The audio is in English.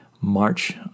March